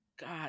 God